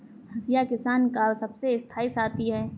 हंसिया किसान का सबसे स्थाई साथी है